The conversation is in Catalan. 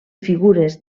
figures